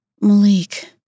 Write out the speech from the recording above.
Malik